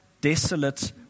desolate